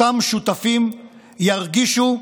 אותם שותפים ירגישו,